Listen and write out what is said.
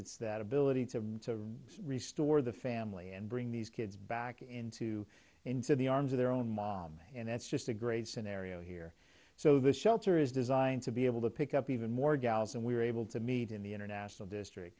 it's that ability to restore the family and bring these kids back into into the arms of their own mom and that's just a great scenario here so the shelter is designed to be able to pick up even more gals and we were able to meet in the international district